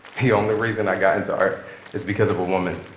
the only reason i got into art is because of a woman.